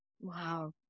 Wow